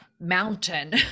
mountain